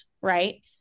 right